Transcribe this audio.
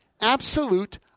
absolute